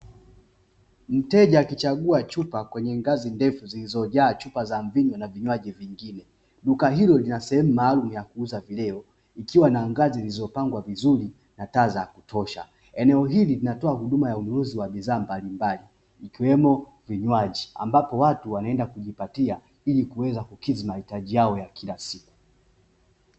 Mteja akichagua chupa kwenye ngazi ndefu zilizojaa chupa za mvinyo na vinywaji vingine, duka hilo lina sehemu maalumu ya kuuza vileo ikiwa na ngazi zilizopangwa vizuri na taa za kutosha, eneo hili linatoa ununuzi wa bidhaa mbalimbali ikiwemo vinywaji ambapo watu wanaenda kujipatia ili kuweza kukidhi mahitaji yao ya kila siku.